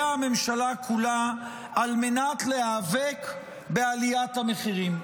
הממשלה כולה על מנת להיאבק בעליית המחירים,